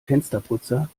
fensterputzer